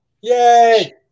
Yay